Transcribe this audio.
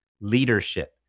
leadership